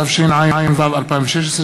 התשע"ו 2016,